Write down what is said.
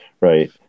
Right